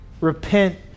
repent